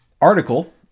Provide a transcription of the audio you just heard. article